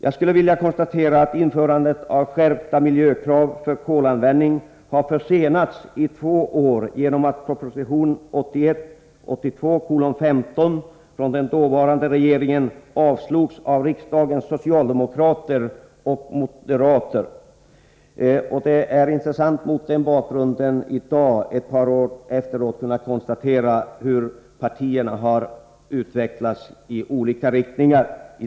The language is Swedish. Jag konstaterar att införandet av skärpta miljökrav för kolanvändning har försenats i två år genom att proposition 1981/82:15 från den dåvarande regeringen avslogs av riksdagens socialdemokrater och moderater. Det är mot den bakgrunden intressant att konstatera att dessa partier nu, ett par år efteråt, i den här frågan har utvecklats i olika riktningar.